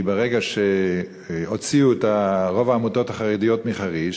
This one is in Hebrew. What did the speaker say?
כי ברגע שהוציאו את רוב העמותות החרדיות מחריש,